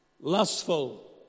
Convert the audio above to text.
lustful